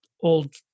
old